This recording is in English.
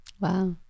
Wow